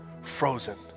frozen